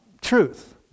truth